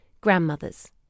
grandmothers